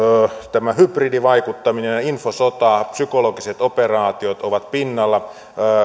tämä hybridivaikuttaminen ja infosota psykologiset operaatiot ovat pinnalla